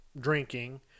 drinking